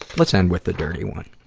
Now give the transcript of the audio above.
let's end with a dirty one.